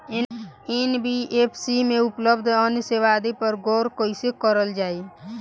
NBFC में उपलब्ध अन्य सेवा आदि पर गौर कइसे करल जाइ?